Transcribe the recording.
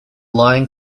lion